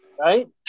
right